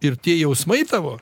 ir tie jausmai tavo